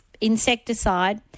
insecticide